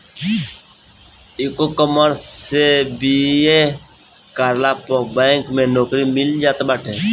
ecommerce से BA करला पअ बैंक में नोकरी मिल जात बाटे